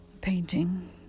painting